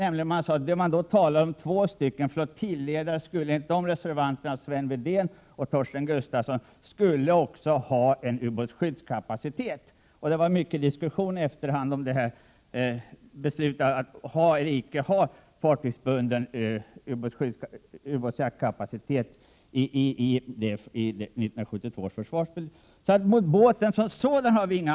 Enligt reservanterna Sven Wedén och Torsten Gustafsson skulle de då aktuella två fartyg som kallades flottiljledare också ha ubåtsskyddskapacitet. Många diskuterade kring försvarsbeslutet 1972 om vi skulle ha eller icke ha fartygsbunden ubåtsjaktkapacitet. Folkpartiet står bakom beslut om sex kustkorvetter.